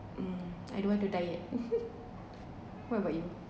um I don't want to diet what about you